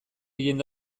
jende